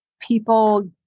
people